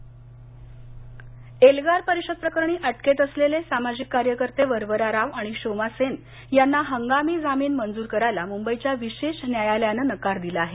एल्गार परिषद एल्गार परिषद प्रकरणी अटकेत असलेले सामाजिक कार्यकर्ते वरवरा राव आणि शोमा सेन यांना हंगामी जामीन मंजूर करायला मुंबईच्या विशेष न्यायालयानं नकार दिला आहे